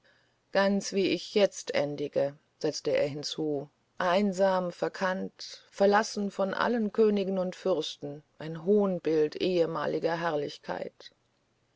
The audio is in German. ganz wie ich jetzt endige setzte er hinzu einsam verkannt verlassen von allen königen und fürsten ein hohnbild ehemaliger herrlichkeit